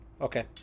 okay